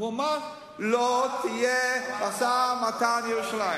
הוא אמר: לא יהיה משא-ומתן על ירושלים.